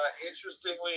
Interestingly